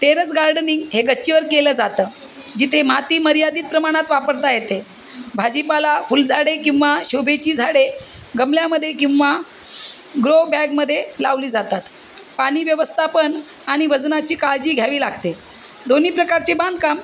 terrace gardening हे गच्चीवर केलं जातं जिथे माती मर्यादित प्रमाणात वापरता येते भाजीपाला फुलझाडे किंवा शोभेची झाडे गमल्यामध्ये किंवा ग्रो बॅगमध्ये लावली जातात पाणी व्यवस्थापन आणि वजनाची काळजी घ्यावी लागते दोन्ही प्रकारचे बागकाम